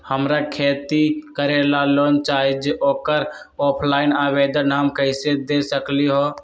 हमरा खेती करेला लोन चाहि ओकर ऑफलाइन आवेदन हम कईसे दे सकलि ह?